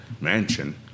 mansion